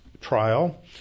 trial